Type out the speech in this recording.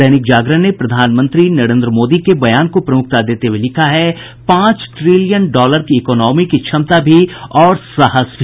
दैनिक जागरण ने प्रधानमंत्री नरेन्द्र मोदी के बयान को प्रमुखता देते हुए लिखा है पांच ट्रिलियन डॉलर की इकोनॉमी की क्षमता भी और साहस भी